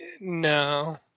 no